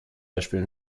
beispiel